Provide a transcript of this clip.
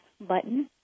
button